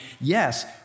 yes